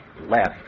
left